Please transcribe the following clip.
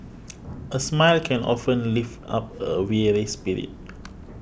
a smile can often lift up a weary spirit